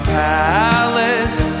palace